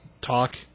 talk